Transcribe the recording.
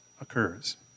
occurs